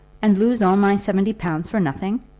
and lose all my seventy pounds for nothing!